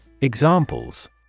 Examples